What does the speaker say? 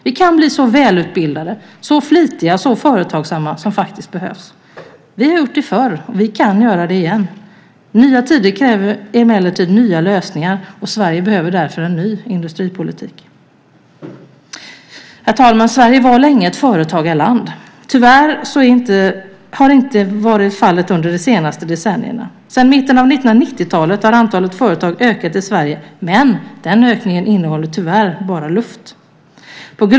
Vi kan bli så välutbildade, så flitiga, så företagsamma som faktiskt behövs. Vi har gjort det förr. Vi kan göra det igen. Nya tider kräver emellertid nya lösningar, och Sverige behöver därför en ny industripolitik. Herr talman! Sverige var länge ett företagarland. Tyvärr har det inte varit fallet under de senaste decennierna. Sedan mitten av 1990-talet har antalet företag ökat i Sverige, men den ökningen innehåller tyvärr bara luft.